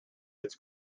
its